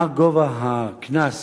מה גובה הקנס